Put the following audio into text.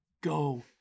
Go